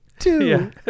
Two